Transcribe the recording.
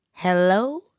Hello